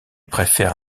préfère